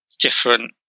different